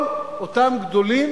כל אותם גדולים